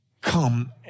come